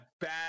bad